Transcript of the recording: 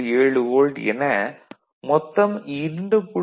7 volt என மொத்தம் 2